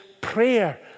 prayer